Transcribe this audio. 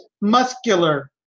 muscular